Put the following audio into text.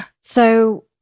So-